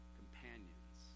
companions